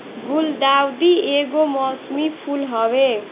गुलदाउदी एगो मौसमी फूल हवे